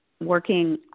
working